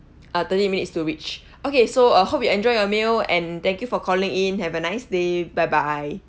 uh thirty minutes to reach okay so uh hope you enjoy your meal and thank you for calling in have a nice day bye bye